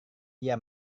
dia